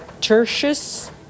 Tertius